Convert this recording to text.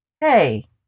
Hey